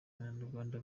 abanyarwanda